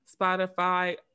Spotify